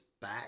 back